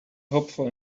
hopeful